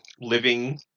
living